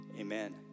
amen